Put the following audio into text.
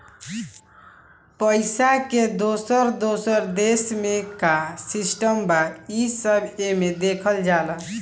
पइसा के दोसर दोसर देश मे का सिस्टम बा, ई सब एमे देखल जाला